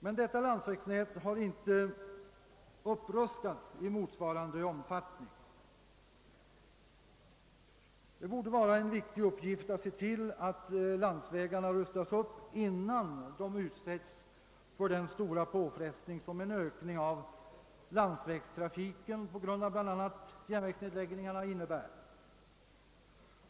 Men landsvägarna har inte rustats upp i motsvarande utsträckning. Det borde vara en viktig uppgift att se till att landsvägarna rustas upp innan de utsättes för de stora påfrestningar som en ökning av landsvägstrafiken på grund av bl.a. järnvägsnedläggningarna innebär.